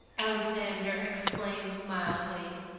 alexander exclaimed mildly.